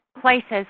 places